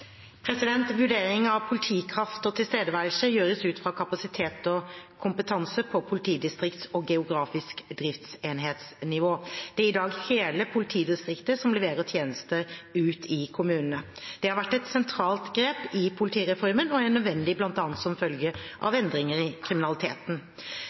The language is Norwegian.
Vurdering av politikraft og tilstedeværelse gjøres ut fra kapasitet og kompetanse på politidistrikts- og geografisk driftsenhetsnivå. Det er i dag hele politidistrikter som leverer tjenestene ute i kommunene. Det har vært et sentralt grep i politireformen og er nødvendig bl.a. som følge av